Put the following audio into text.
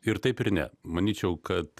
ir taip ir ne manyčiau kad